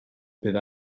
bydd